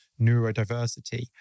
neurodiversity